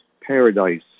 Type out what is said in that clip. paradise